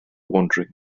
wandering